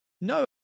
No